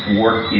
work